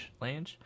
lange